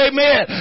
Amen